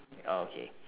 okay